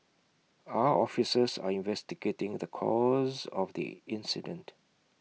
our officers are investigating the cause of the incident